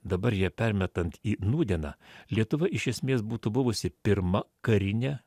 dabar ją permetant į nūdieną lietuva iš esmės būtų buvusi pirma karinė